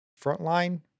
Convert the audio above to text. frontline